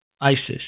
ISIS